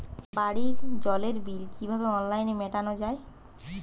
বাড়ির জলের বিল কিভাবে অনলাইনে মেটানো যায়?